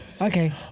okay